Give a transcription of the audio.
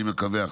אני מקווה,